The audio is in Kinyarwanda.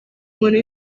umuntu